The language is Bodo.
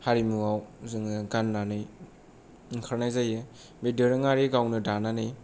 हारिमुवाव जोङो गाननानै ओंखारनाय जायो दोरोङारि गावनो दानानै